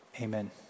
amen